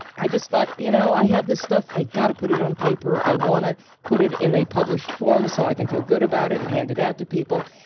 i just thought you know, i have this stuff, i've got to put it on paper. i want to put it in a published form so i can feel good about it, and hand it out to people.